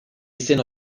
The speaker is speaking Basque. izen